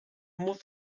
musst